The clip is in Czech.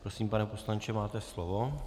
Prosím, pane poslanče, máte slovo.